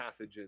pathogens